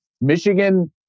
Michigan